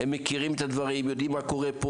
הם מכירים את הדברים ויודעים מה קורה,